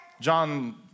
John